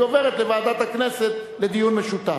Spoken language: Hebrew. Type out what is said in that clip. היא עוברת לוועדת הכנסת לדיון משותף.